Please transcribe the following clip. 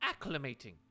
acclimating